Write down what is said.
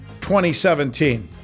2017